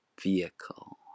vehicle